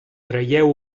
traieu